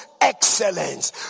Excellence